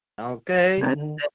okay